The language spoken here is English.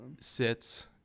sits